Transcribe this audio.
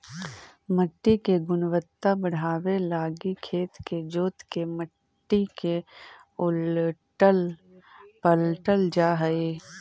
मट्टी के गुणवत्ता बढ़ाबे लागी खेत के जोत के मट्टी के उलटल पलटल जा हई